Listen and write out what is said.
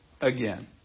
again